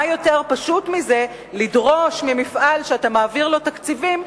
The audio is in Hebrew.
מה יותר פשוט מלדרוש ממפעל שאתה מעביר לו תקציבים,